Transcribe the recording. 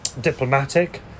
diplomatic